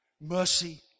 mercy